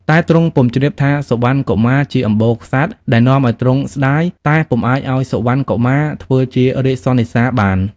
តែទ្រង់ពុំជ្រាបថាសុវណ្ណកុមារជាអម្បូរក្សត្រ ដែលនាំឱ្យទ្រង់ស្តាយ ដែលពុំអាចឱ្យព្រះសុវណ្ណកុមារធ្វើជារាជសុណិសាបាន។